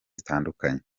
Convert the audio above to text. zitandukanye